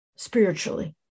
spiritually